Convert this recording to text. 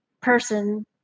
person